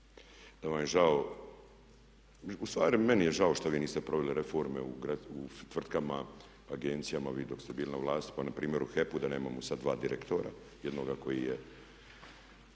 da vam je žao. Ustvari meni je žao što vi niste proveli reforme u tvrtkama, agencijama vi dok ste bili na vlasti, pa npr. u HEP-u da nemamo sad dva direktora, jednoga koji je